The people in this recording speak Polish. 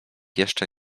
jeszcze